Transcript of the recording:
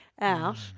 out